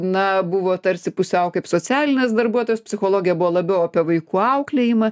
na buvo tarsi pusiau kaip socialinės darbuotojos psichologė buvo labiau apie vaikų auklėjimą